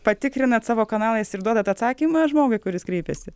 patikrinat savo kanalais ir duodat atsakymą žmogui kuris kreipėsi